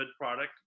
product